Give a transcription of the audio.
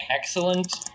excellent